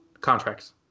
contracts